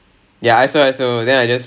and then eh